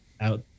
out